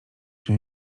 się